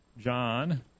John